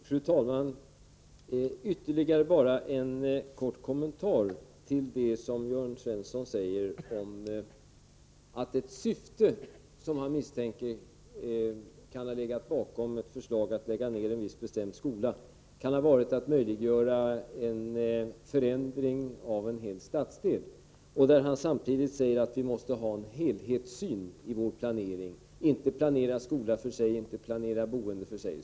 Fru talman! Ytterligare bara en kort kommentar till det som Jörn Svensson sade om det syfte som han misstänkte kan ha legat bakom förslaget att lägga ned en viss bestämd skola. Han säger att det kan ha varit att möjliggöra en förändring av en hel stadsdel. Han säger samtidigt att vi måste ha en helhetssyn i vår planering och inte planera skola för sig och boende för sig.